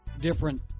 different